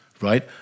right